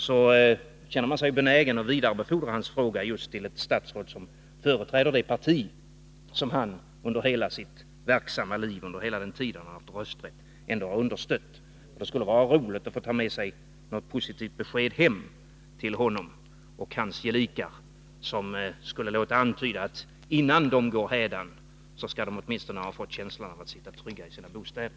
Då känner man sig benägen att vidarebefordra hans fråga just till ett statsråd som företräder det parti som han under sitt verksamma liv, under hela den tid som han har haft rösträtt, har understött. Det skulle vara roligt att hem till honom och hans gelikar få ta med sig ett positivt besked som skulle låta antyda att de, innan de går hädan, åtminstone skall ha fått känslan av att sitta trygga i sina bostäder.